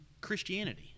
Christianity